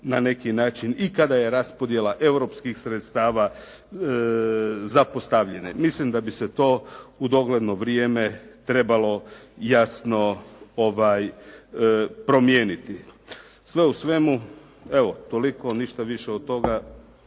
na neki način i kada je raspodjela europskih sredstava zapostavljena. Mislim da bi se to u dogledno vrijeme trebalo jasno promijeniti. Sve u svemu evo toliko, ništa više od toga